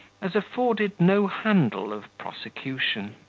as afforded no handle of prosecution.